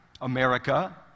America